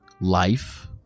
life